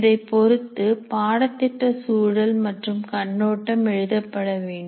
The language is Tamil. இதைப் பொறுத்து பாடத்திட்ட சூழல் மற்றும் கண்ணோட்டம் எழுதப்படவேண்டும்